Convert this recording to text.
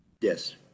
Yes